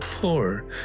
poor